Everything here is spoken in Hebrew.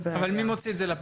אבל מי מוציא את זה לפועל?